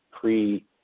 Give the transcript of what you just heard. pre